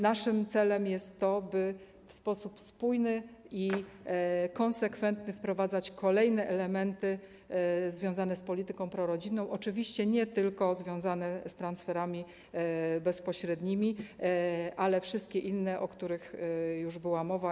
Naszym celem jest to, by w sposób spójny i konsekwentny wprowadzać kolejne elementy związane z polityką prorodzinną, oczywiście nie tylko związane z transferami bezpośrednimi, ale wszystkie inne, o których już była mowa.